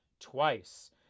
twice